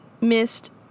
missed